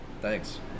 Thanks